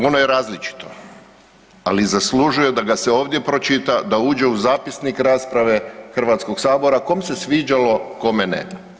Ono je različito, ali zaslužuje da ga se ovdje pročita da uđe u zapisnik rasprave Hrvatskog sabora kom se sviđalo, kome ne.